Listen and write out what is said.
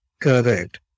Correct